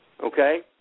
okay